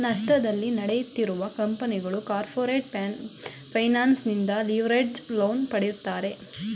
ನಷ್ಟದಲ್ಲಿ ನಡೆಯುತ್ತಿರುವ ಕಂಪನಿಗಳು ಕಾರ್ಪೊರೇಟ್ ಫೈನಾನ್ಸ್ ನಿಂದ ಲಿವರೇಜ್ಡ್ ಲೋನ್ ಪಡೆಯುತ್ತಾರೆ